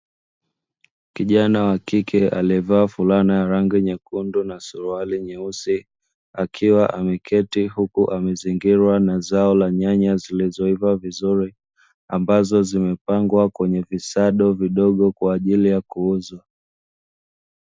Kijana wa kike aliyevaa furana yenye rangi nyekundu na suluari nyeusi akiwa ameketi, huku amezingirwa na zoa la nyanya zilizoiva vizuri, ambazo zimepangwa kwenye visado vidogo kwa ajili ya kuuzwa.